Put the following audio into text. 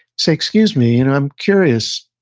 say, excuse me, you know i'm curious,